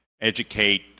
educate